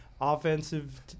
offensive